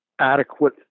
adequate